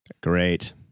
Great